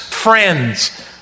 friends